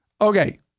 Okay